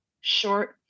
Short